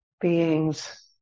beings